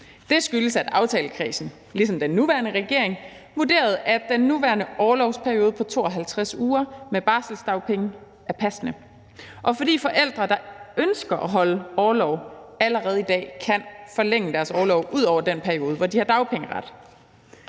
Det skyldes, at aftalekredsen ligesom den nuværende regering vurderede, at den nuværende orlovsperiode på 52 uger med barselsdagpenge er passende. Og de forældre, der ønsker at holde orlov allerede i dag, kan forlænge deres orlov ud over den periode, hvor de har dagpengeret.